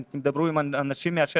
אם תדברו עם אנשים מהשטח,